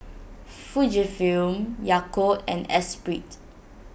Fujifilm Yakult and Espirit